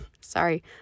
sorry